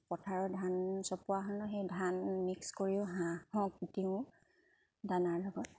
পথাৰৰ ধান চপোৱা হ'লে সেই ধান মিক্স কৰিও হাঁহক দিও দানাৰ লগত